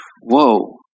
whoa